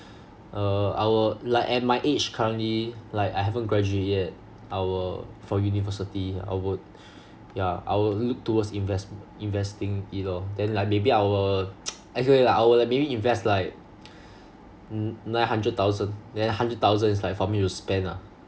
uh I will like at my age currently like I haven't graduate yet I will for university I would yeah I would look towards invest investing it lor then like maybe I will actually like I'll maybe invest like ni~ nine hundred thousand then like hundred thousand is for me to spend lah